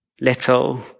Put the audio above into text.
little